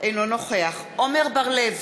אינו נוכח עמר בר-לב,